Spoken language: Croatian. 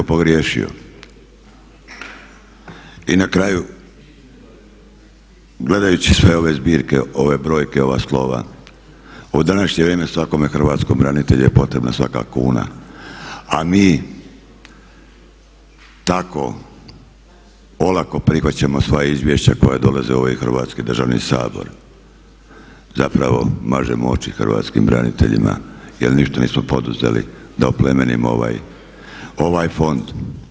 I na kraju, gledajući sve ove zbirke, ove brojke, ova slova u današnje vrijeme svakome hrvatskom branitelju je potrebna svaka kuna, a mi tako olako prihvaćamo sva izvješća koja dolaze u ovaj Hrvatski državni Sabor zapravo mažemo oči hrvatskim braniteljima, jer ništa nismo poduzeli da oplemenimo ovaj Fond.